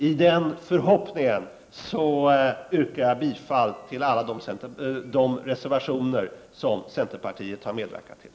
I förhoppning om att det skall vara möjligt yrkar jag bifall till alla reservationer som centerpartiet har medverkat till.